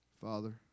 Father